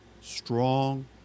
strong